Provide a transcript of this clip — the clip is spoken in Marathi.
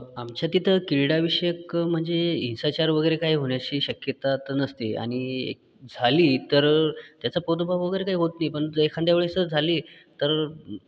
आमच्या तिथं क्रीडाविषयक म्हणजे हिंसाचार वगैरे काही होण्याची शक्यता तर नसते आणि झाली तर त्याचा प्रादुर्भाव वगैरे काही होत नाही पण जर एखाद्या वेळेस जर झाली तर